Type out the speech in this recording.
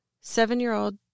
seven-year-old